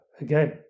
again